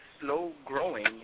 slow-growing